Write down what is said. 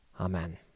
Amen